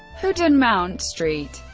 hood and mt st.